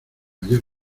mayor